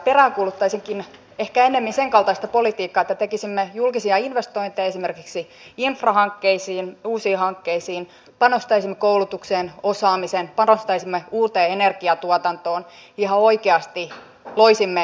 peräänkuuluttaisinkin ehkä ennemmin senkaltaista politiikkaa että tekisimme julkisia investointeja esimerkiksi infrahankkeisiin uusiin hankkeisiin panostaisimme koulutukseen ja osaamiseen panostaisimme uuteen energiatuotantoon ja ihan oikeasti loisimme